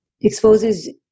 exposes